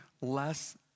less